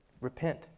Repent